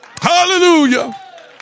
hallelujah